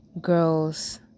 girls